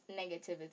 negativity